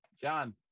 John